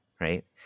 right